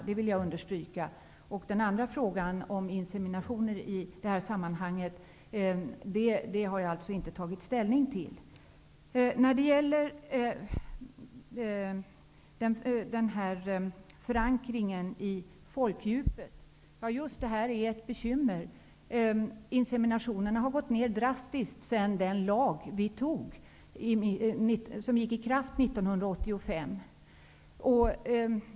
Det vill jag understryka. Frågan om inseminationer har jag i det här sammanhanget inte tagit ställning till. När det gäller förankringen i folkdjupet, är detta ett bekymmer. Antalet inseminationer har gått ner drastiskt sedan vi antog den lag som trädde i kraft 1985.